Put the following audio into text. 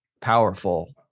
powerful